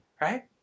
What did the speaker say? right